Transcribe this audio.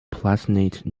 palatinate